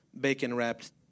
bacon-wrapped